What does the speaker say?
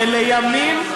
ולימים,